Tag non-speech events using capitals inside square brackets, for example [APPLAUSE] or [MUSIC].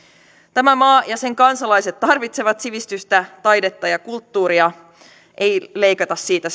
tämä maa ja sen kansalaiset tarvitsevat sivistystä taidetta ja kulttuuria ei leikata siitä [UNINTELLIGIBLE]